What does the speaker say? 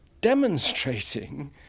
demonstrating